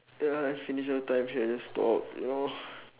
ya let's finish our time here just talk you know